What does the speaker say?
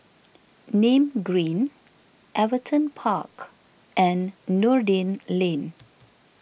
Nim Green Everton Park and Noordin Lane